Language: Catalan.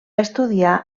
estudiar